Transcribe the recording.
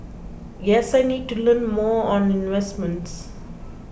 guess I need to learn more on investments